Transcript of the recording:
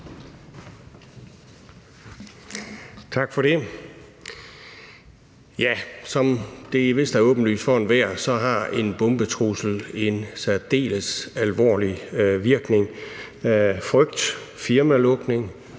Tak for det. Som det vist er åbenlyst for enhver, har en bombetrussel en særdeles alvorlig virkning: frygt, firmalukning,